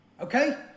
Okay